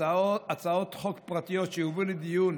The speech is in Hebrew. הצעות חוק פרטיות שיובאו לדיון